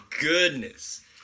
goodness